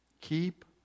keep